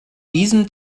diesem